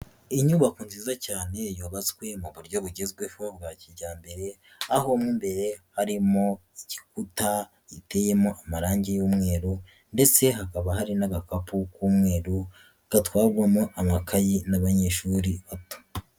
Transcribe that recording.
Inyubako nziza cyane yubatswe mu buryo bugezweho bwa kijyambere, aho mo mbere harimo ikuta giteyemo amarangi y'umweru ndetse hakaba hari n'agakapu k'umweru, gatwagwamo amakayi n'abanyeshuri bato.